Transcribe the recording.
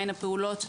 מהן הפעולות,